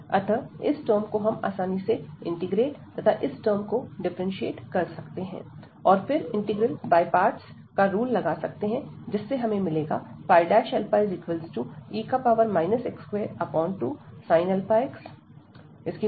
अतः इस टर्म को हम आसानी से इंटीग्रेट तथा इस टर्म को डिफरेंशिएट कर सकते हैं और फिर इंटीग्रल बाय पार्ट्स का रूल लगा सकते हैं जिससे हमें मिलेगा e x22 αx